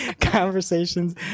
conversations